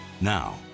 Now